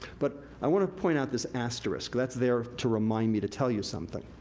but i wanna point out this asterisk. that's there to remind me to tell you something.